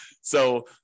So-